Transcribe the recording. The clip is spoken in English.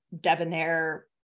debonair